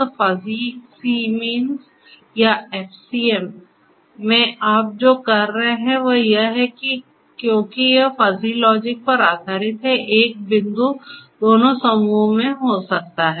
तो fuzzy C means या FCM में आप जो कर रहे हैं वह यह है कि क्योंकि यह फ़ज़ी लॉजिक पर आधारित है एक बिंदु दोनों समूहों में हो सकता है